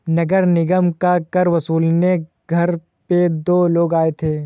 नगर निगम का कर वसूलने घर पे दो लोग आए थे